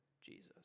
Jesus